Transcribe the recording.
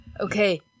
Okay